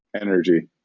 energy